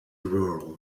rural